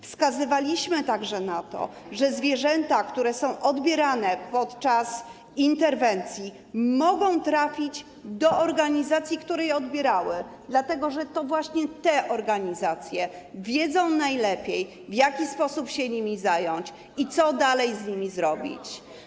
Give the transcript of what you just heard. Wskazywaliśmy także na to, że zwierzęta, które są odbierane podczas interwencji, mogą trafić do organizacji, które je odbierały, dlatego że to właśnie te organizacje wiedzą najlepiej, w jaki sposób się nimi zająć i co dalej z nimi zrobić.